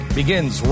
begins